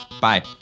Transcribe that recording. Bye